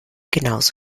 genauso